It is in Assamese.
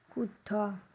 শুদ্ধ